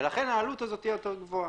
ולכן, העלות הזאת תהיה יותר קבועה.